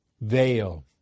veil